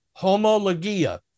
homologia